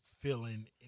feeling